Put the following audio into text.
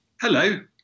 Hello